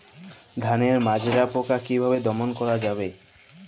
ধানের মাজরা পোকা কি ভাবে দমন করা যাবে?